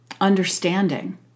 understanding